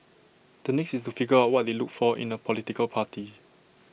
the next is to figure out what they looked for in A political party